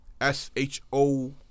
S-H-O